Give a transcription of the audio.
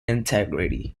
integrity